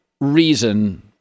reason